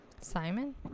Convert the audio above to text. Simon